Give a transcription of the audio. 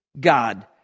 God